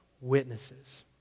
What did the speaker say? witnesses